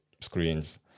screens